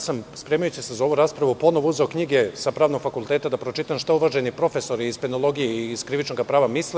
Spremajući se za ovu raspravu, ponovo sam uzeo knjige sa pravnog fakulteta, da pročitam šta uvaženi profesori iz penologije i iz krivičnog prava misle.